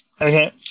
okay